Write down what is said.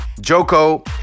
Joko